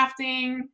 crafting